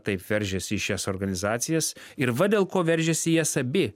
taip veržiasi į šias organizacijas ir va dėl ko veržiasi į jas abi